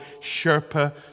Sherpa